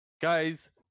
Guys